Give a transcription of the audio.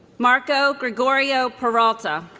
marco gregorio peralta